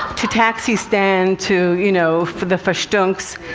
to taxistan to, you know, for the fashtoonks,